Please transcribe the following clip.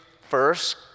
first